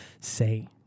say